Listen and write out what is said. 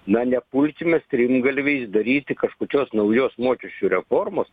na nepulkime strimgalviais daryti kažkokios naujos mokesčių reformos